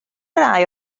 rai